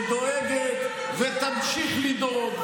שדואגת ותמשיך לדאוג,